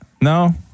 no